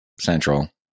central